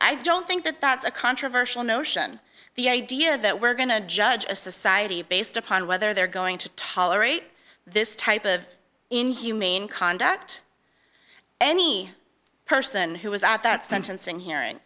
i don't think that that's a controversial notion the idea that we're going to judge a society based upon whether they're going to tolerate this type of inhumane conduct any person who was at that sentencing hearing